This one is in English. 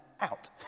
out